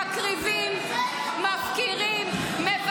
מקריבים, מפקירים ----- פייק גמור.